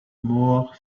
more